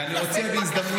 ואני רוצה בהזדמנות